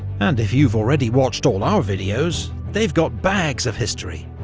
and if you've already watched all our videos, they've got bags of history,